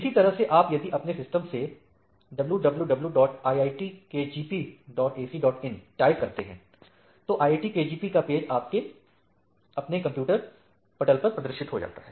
इसी तरह से आप यदि अपने सिस्टम से wwwiitkgpacin टाइप करते हैं तो IITKGP का पेज आपके अपने कंप्यूटरपटल पर प्रदर्शित हो जाता है